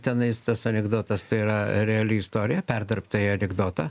tenais tas anekdotas tai yra reali istorija perdirbta į anekdotą